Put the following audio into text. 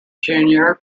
junior